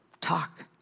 Talk